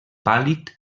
pàl·lid